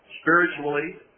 spiritually